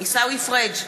עיסאווי פריג'